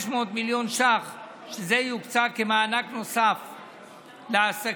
500 מיליון ש"ח יוקצו כמענק נוסף לעסקים.